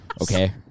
Okay